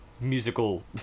musical